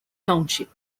township